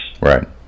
Right